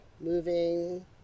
moving